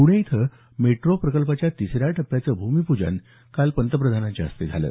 प्णे इथं मेट्रो प्रकल्पाच्या तिसऱ्या टप्प्याचं भूमिपूजनही काल पंतप्रधानांच्या हस्ते झालं